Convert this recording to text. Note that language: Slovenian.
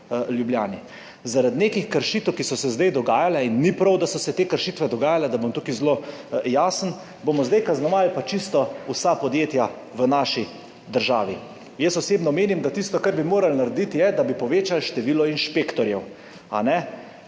Ljubljani. Zaradi nekih kršitev, ki so se zdaj dogajale, ni prav, da so se te kršitve dogajale, da bom tukaj zelo jasen, bomo zdaj kaznovali čisto vsa podjetja v naši državi. Jaz osebno menim, da je tisto, kar bi morali narediti, to, da bi povečali število inšpektorjev.